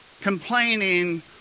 Complaining